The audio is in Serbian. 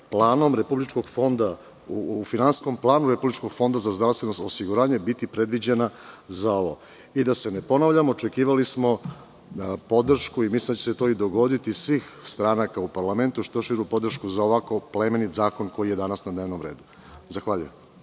se određena pozicija u finansijskom planu Republičkog fonda za zdravstveno osiguranje biti predviđena za ovo. Da se ne ponavljam, očekivali smo podršku, mislim da će se to i dogoditi, od svih stranaka u parlamentu za ovako plemenit zakon koji je danas na dnevnom redu. Hvala.